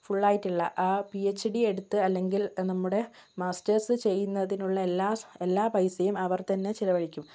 full ആയിട്ടുള്ള ആ P H D എടുത്ത് അല്ലെങ്കിൽ നമ്മുടെ മാസ്റ്റേഴ്സ് ചെയ്യുന്നതിനുള്ള എല്ലാ എല്ലാ പൈസയും അവർ തന്നെ ചിലവഹിക്കും